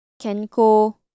kenko